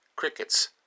crickets